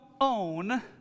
own